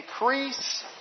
increase